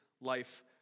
life